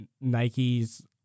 Nike's